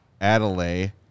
Adelaide